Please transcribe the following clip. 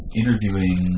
interviewing